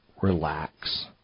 relax